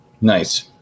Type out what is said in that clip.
nice